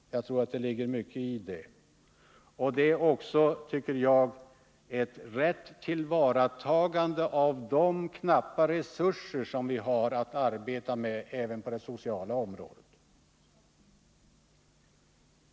Jag tror att det ligger mycket i detta. Det är också, tycker jag, ett rätt tillvaratagande av de knappa resurser som vi har att arbeta med även på det sociala området.